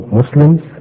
Muslims